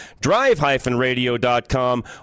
drive-radio.com